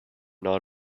not